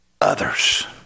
Others